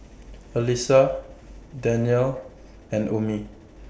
Alyssa Daniel and Ummi